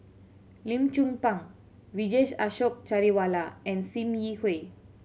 Lim Chong Pang Vijesh Ashok Ghariwala and Sim Yi Hui